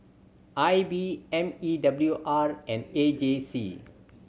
I B M E W R and A J C